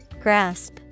Grasp